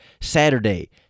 Saturday